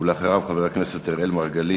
אחריו, חבר הכנסת אראל מרגלית.